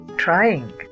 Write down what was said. Trying